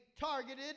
targeted